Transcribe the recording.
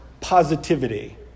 positivity